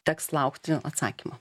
teks laukti atsakymo